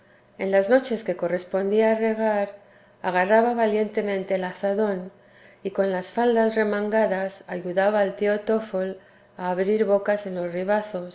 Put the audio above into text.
en las noches que correspondía regar agarraba valientemente el azadón y con las faldas remangadas ayudaba al tío tfol a abrir bocas en los